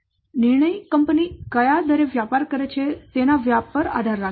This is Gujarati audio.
તેથી નિર્ણય કંપની કયા દરે વ્યાપાર કરે છે તેના વ્યાપ પર આધાર રાખે છે